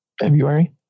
february